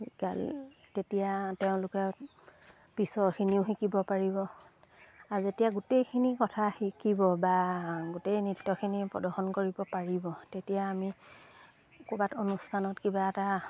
শিকালে তেতিয়া তেওঁলোকে পিছৰখিনিও শিকিব পাৰিব আৰু যেতিয়া গোটেইখিনি কথা শিকিব বা গোটেই নৃত্যখিনি প্ৰদৰ্শন কৰিব পাৰিব তেতিয়া আমি ক'ৰবাত অনুষ্ঠানত কিবা এটা